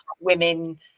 women